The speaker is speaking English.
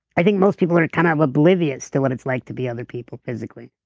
i think most people are kind of oblivious to what it's like to be other people physically